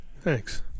Thanks